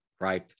right